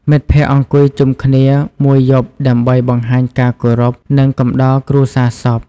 មិត្តភ័ក្តិអង្គុយជុំគ្នាមួយយប់ដើម្បីបង្ហាញការគោរព និងកំដរគ្រួសារសព។